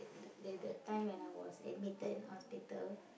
the the that time when I was admitted in hospital